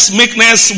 meekness